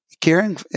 caring